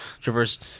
traverse